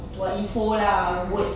words mmhmm